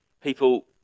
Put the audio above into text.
people